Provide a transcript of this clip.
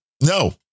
no